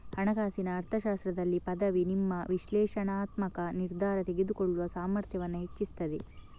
ಹಣಕಾಸಿನ ಅರ್ಥಶಾಸ್ತ್ರದಲ್ಲಿ ಪದವಿ ನಿಮ್ಮ ವಿಶ್ಲೇಷಣಾತ್ಮಕ ನಿರ್ಧಾರ ತೆಗೆದುಕೊಳ್ಳುವ ಸಾಮರ್ಥ್ಯವನ್ನ ಹೆಚ್ಚಿಸ್ತದೆ